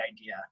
idea